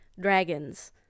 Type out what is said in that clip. dragons